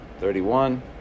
Thirty-one